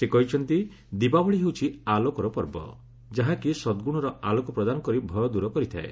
ସେ କହିଛନ୍ତି ଦୀପାବଳି ହେଉଛି ଆଲୋକର ପର୍ବ ଯାହାକି ସଦ୍ଗୁଣର ଆଲୋକ ପ୍ରଦାନ କରି ଭୟ ଦୂର କରିଥାଏ